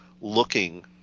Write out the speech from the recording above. looking